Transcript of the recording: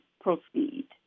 proceed